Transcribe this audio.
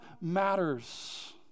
matters